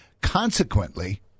Consequently